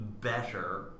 better